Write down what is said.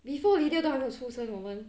before lydia 都还没出生我们